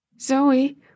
Zoe